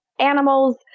animals